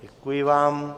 Děkuji vám.